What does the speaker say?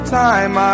time